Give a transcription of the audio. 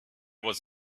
was